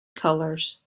colours